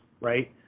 right